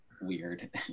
weird